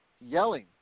yelling